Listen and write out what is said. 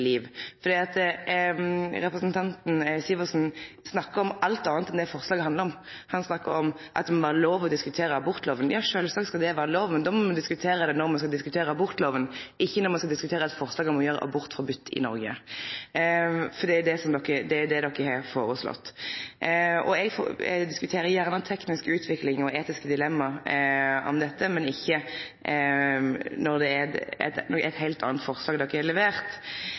liv. Det er fordi representanten Syversen snakkar om alt anna enn det forslaget handlar om. Han snakkar om at me må ha lov til å diskutere abortlova. Ja, sjølvsagt skal det vere lov, men då må me diskutere det når me skal diskutere abortlova, ikkje når me skal diskutere eit forslag om å gjere abort forbode i Noreg, for det er det Kristeleg Folkeparti har foreslått. Eg diskuterer gjerne teknisk utvikling og etiske dilemma knytt til dette, men ikkje når det er eit heilt anna forslag som er levert.